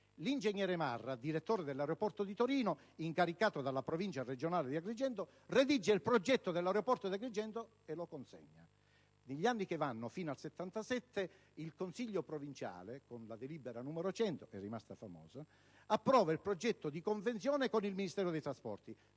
L'ingegner Marra, direttore dell'aeroporto di Torino, incaricato dalla Provincia regionale di Agrigento, redige il progetto dell'aeroporto di Agrigento e lo consegna. Negli anni 1976-1977, si dibatte il problema. Nel 1977, il consiglio provinciale, con la delibera n. 100 (che è rimasta famosa), approva il progetto di convenzione con il Ministero dei trasporti